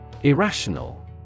Irrational